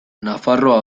nafarroa